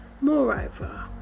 Moreover